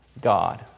God